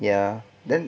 ya then